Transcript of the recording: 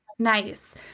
Nice